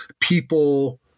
people